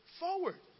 forward